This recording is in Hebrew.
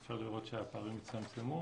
אפשר לראות שהפערים הצטמצמו.